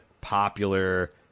popular